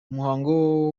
umuhango